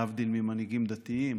להבדיל ממנהיגים דתיים,